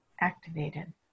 activated